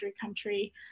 country